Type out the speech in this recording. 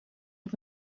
het